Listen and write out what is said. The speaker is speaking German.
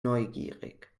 neugierig